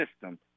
system